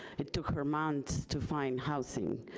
it took her months to find housing.